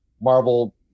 Marvel